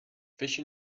fish